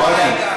שמעתי.